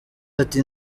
ati